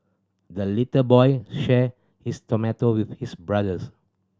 the little boy shared his tomato with his brothers